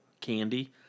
candy